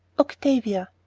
octavia.